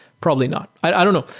probably not. i don't know.